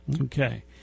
Okay